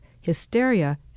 Hysteria